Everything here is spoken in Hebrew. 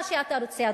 מה שאתה רוצה,